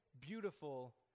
beautiful